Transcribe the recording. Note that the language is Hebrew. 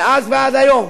מאז ועד היום,